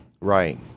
Right